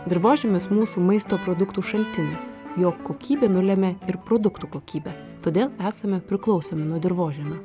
dirvožemis mūsų maisto produktų šaltinis jo kokybė nulemia ir produktų kokybę todėl esame priklausomi nuo dirvožemio